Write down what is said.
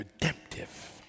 redemptive